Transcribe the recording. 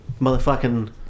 Motherfucking